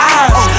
eyes